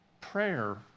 Prayer